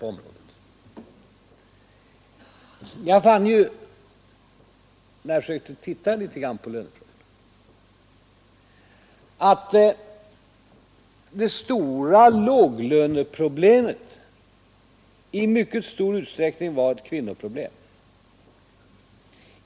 När jag försökte titta litet på dessa problem fann jag att det stora låglöneproblemet i mycket stor utsträckning var ett kvinnoproblem.